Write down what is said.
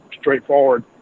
straightforward